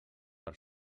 per